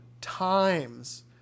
times